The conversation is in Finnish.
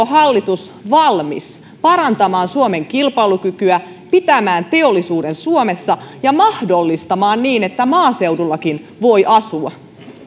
hallitus valmis parantamaan suomen kilpailukykyä pitämään teollisuuden suomessa ja mahdollistamaan sen että maaseudullakin voi asua